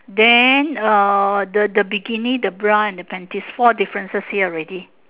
then uh the the bikini the bra and the panties four differences here already